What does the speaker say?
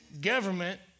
government